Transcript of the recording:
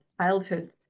childhoods